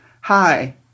hi